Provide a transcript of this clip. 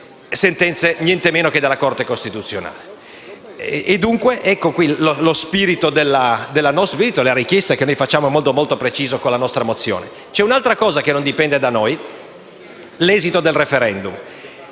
C'è un'altra cosa che non dipende da noi: l'esito del *referendum*.